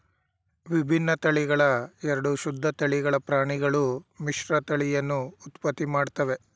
ವಿಭಿನ್ನ ತಳಿಗಳ ಎರಡು ಶುದ್ಧ ತಳಿಗಳ ಪ್ರಾಣಿಗಳು ಮಿಶ್ರತಳಿಯನ್ನು ಉತ್ಪತ್ತಿ ಮಾಡ್ತವೆ